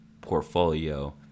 portfolio